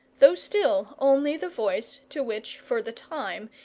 though still only the voice to which, for the time,